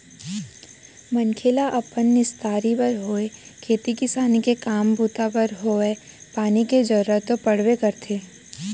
मनखे ल अपन निस्तारी बर होय खेती किसानी के काम बूता बर होवय पानी के जरुरत तो पड़बे करथे